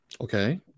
Okay